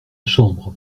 chambre